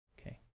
Okay